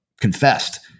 confessed